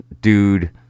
dude